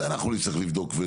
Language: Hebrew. זה אנחנו נצטרך לבדוק.